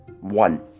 One